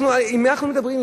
עם מי אנחנו מדברים?